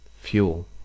fuel